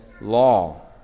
law